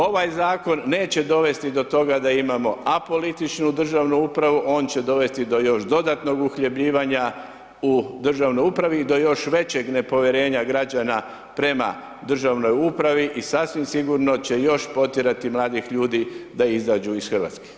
Ovaj zakon neće dovesti do toga da imamo apolitičnu državnu upravu, on će dovesti do još dodatnog uhljebljivanja u državnoj upravi i do još većeg nepovjerenja građana prema državnoj upravi i sasvim sigurno će još potjerati mladih ljudi da izađu iz Hrvatske.